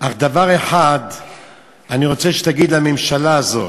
אך דבר אחד אני רוצה שתגיד לממשלה הזאת,